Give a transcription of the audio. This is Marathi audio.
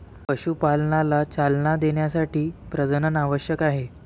पशुपालनाला चालना देण्यासाठी प्रजनन आवश्यक आहे